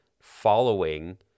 following